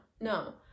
no